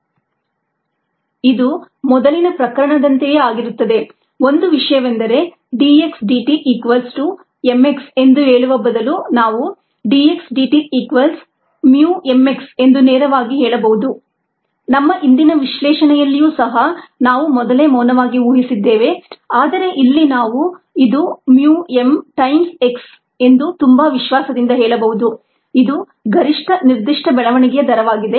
If S≫KS then mSKSSmSSm ಇದು ಮೊದಲಿನ ಪ್ರಕರಣದಂತೆಯೇ ಆಗಿರುತ್ತದೆ ಒಂದೇ ವಿಷಯವೆಂದರೆ dx dt equals to mu x ಎಂದು ಹೇಳುವ ಬದಲು ನಾವು dx dt equals mu m x ಎಂದು ನೇರವಾಗಿ ಹೇಳಬಹುದು ನಮ್ಮ ಹಿಂದಿನ ವಿಶ್ಲೇಷಣೆಯಲ್ಲಿಯೂ ಸಹ ನಾವು ಮೊದಲೇ ಮೌನವಾಗಿ ಊಹಿಸಿದ್ದೇವೆ ಆದರೆ ಇಲ್ಲಿ ನಾವು ಇದು mu m times x ಎಂದು ತುಂಬಾ ವಿಶ್ವಾಸದಿಂದ ಹೇಳಬಹುದು ಇದು ಗರಿಷ್ಠ ನಿರ್ದಿಷ್ಟ ಬೆಳವಣಿಗೆಯ ದರವಾಗಿದೆ